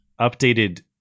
updated